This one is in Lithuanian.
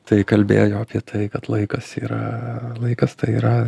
tai kalbėjo apie tai kad laikas yra laikas tai yra